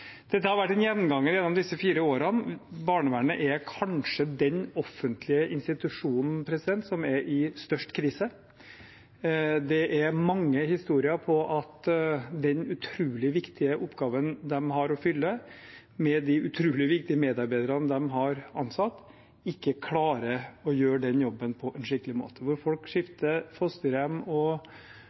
Dette har vært en gjenganger gjennom de siste fire årene. Barnevernet er kanskje den offentlige institusjonen som er i størst krise. Det er mange historier om at når det gjelder den utrolig viktige oppgaven de har å fylle, med de utrolig viktige medarbeiderne de har ansatt, klarer de ikke å gjøre den jobben på en skikkelig måte – der folk skifter fosterhjem